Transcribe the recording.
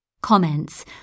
Comments